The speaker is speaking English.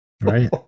Right